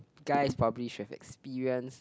guys probably should have experienced